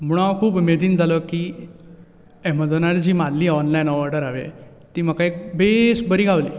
म्हणोन हांव खूब उमेदीन जालो की एमेजाॅनार जी मारली ऑनलायन ऑर्डर हांवें ती म्हाका एक बेस बरी गावली